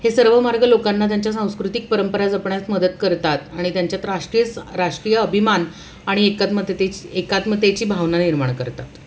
हे सर्व मार्ग लोकांना त्यांच्या सांस्कृतिक परंपरा जपण्यात मदत करतात आणि त्यांच्यात राष्ट्रीय स राष्ट्रीय अभिमान आणि एकात्मतते एकात्मतेची भावना निर्माण करतात